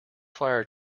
fire